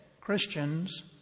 Christians